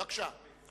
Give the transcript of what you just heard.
בבקשה.